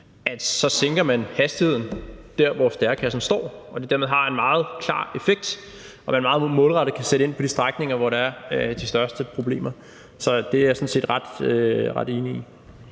at folk sænker hastigheden der, hvor stærekassen står, og at det dermed har en meget klar effekt, at man meget målrettet kan sætte ind på de strækninger, hvor der er de største problemer. Så det er jeg sådan set ret enig i.